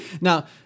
Now